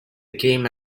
game